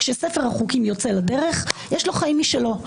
כשספר החוקים יוצא לדרך, יש לו חיים משלו.